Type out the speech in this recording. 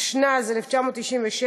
התשנ"ז 1997,